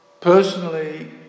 personally